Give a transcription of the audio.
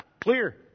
Clear